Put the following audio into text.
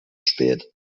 spät